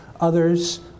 others